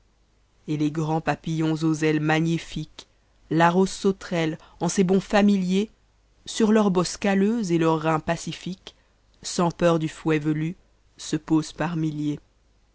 et les rrands papillons aux ahes magnimqncs la rose sauterelle en ses bonds familiers sur leur bosse calleuse et leurs reins pacifiques sans peor dn fouet ve m se posent par m